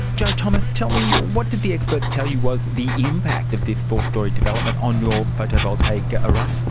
jo thomas, tell me, what did the experts tell you was the impact of this four-storey development on your photovoltaic array?